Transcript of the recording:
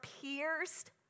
pierced